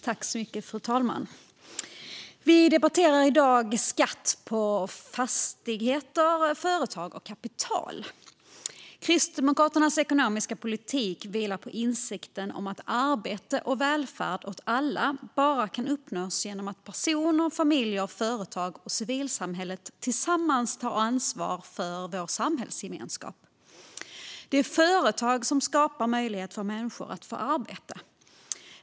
Fru talman! Vi debatterar i dag skatt på fastigheter, företag och kapital. Kristdemokraternas ekonomiska politik vilar på insikten om att arbete och välfärd åt alla bara kan uppnås genom att personer, familjer, företag och civilsamhället tillsammans tar ansvar för vår samhällsgemenskap. Det är företag som skapar möjlighet för människor att få ett arbete.